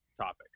topic